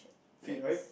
fit right